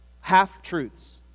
half-truths